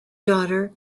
daughter